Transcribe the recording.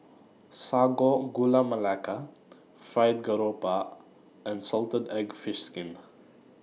Sago Gula Melaka Fried Garoupa and Salted Egg Fried Fish Skin